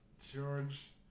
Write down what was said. George